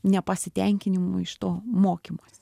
nepasitenkinimo iš to mokymosi